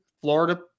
Florida